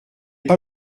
pas